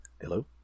hello